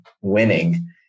winning